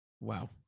Wow